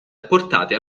apportate